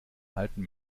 alten